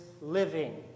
living